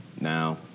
now